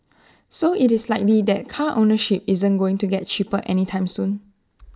so IT is likely that car ownership isn't going to get cheaper anytime soon